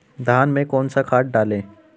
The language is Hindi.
धान में कौन सा खाद डालें?